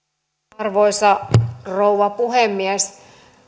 arvoisa rouva puhemies